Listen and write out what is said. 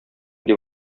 дип